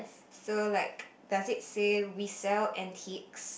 so like does it say we sell antiques